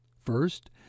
First